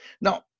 Now